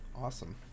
Awesome